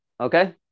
Okay